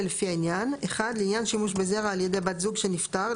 לפי העניין: (1) לעניין שימוש בזרע על ידי בת זוג של נפטר,